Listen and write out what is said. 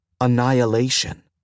annihilation